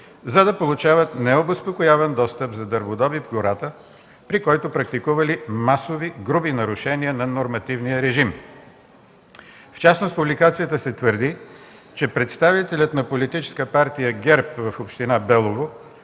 за да получават необезпокояван достъп за дърводобив в гората, при който практикували масови груби нарушения на нормативния режим. В публикацията се твърди, че представителят на Политическа партия ГЕРБ в община Белово